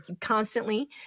constantly